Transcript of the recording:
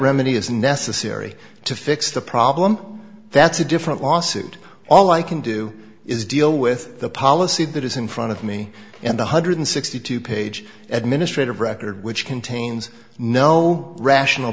remedy is necessary to fix the problem that's a different lawsuit all i can do is deal with the policy that is in front of me and one hundred and sixty two dollars page administrative record which contains no rational